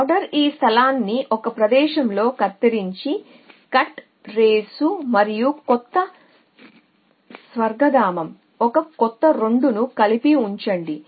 order do ఈ స్థలాన్ని 1 ప్రదేశంలో కత్తిరించి కట్ రేసు మరియు కొత్త స్వర్గధామం 1 కొత్త 2 ను కలిపి ఉంచండి